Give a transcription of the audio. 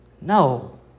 No